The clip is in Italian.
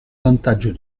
vantaggio